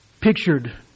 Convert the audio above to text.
pictured